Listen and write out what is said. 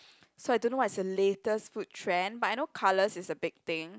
so I don't know what is the latest food trend but I know colours is a big thing